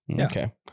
Okay